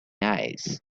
eyes